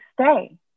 stay